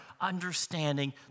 understanding